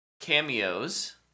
cameos